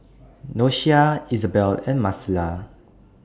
Doshia Isabell and Marcela